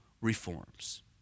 reforms